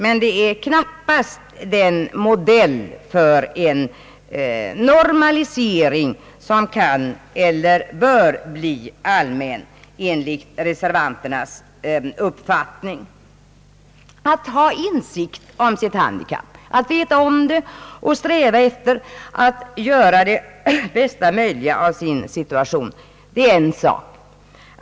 Men det är knappast den modell för en normalisering som kan eller bör bli allmän enligt reservanternas uppfattning. Att ha insikt om sitt handikapp, att veta om det och att sträva efter att göra det bästa möjliga av sin situation, det är en sak.